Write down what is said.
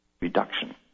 Reduction